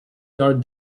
your